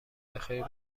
بخیر